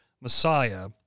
Messiah